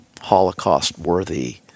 Holocaust-worthy